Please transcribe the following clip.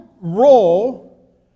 role